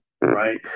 right